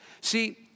See